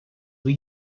were